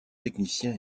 technicien